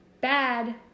bad